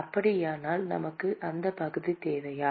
அப்படியானால் நமக்கு அந்த பகுதி தேவையா